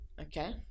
Okay